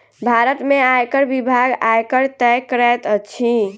भारत में आयकर विभाग, आयकर तय करैत अछि